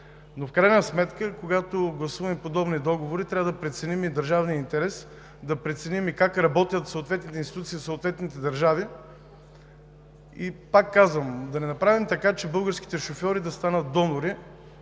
но в крайна сметка, когато гласуваме подобни договори, трябва да преценим и държавния интерес, да преценим и как работят съответните институции в съответните държави. Повтарям, да не направим така, че българските шофьори да станат донори